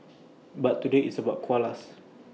but today it's about koalas